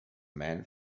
man